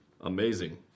Amazing